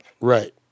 Right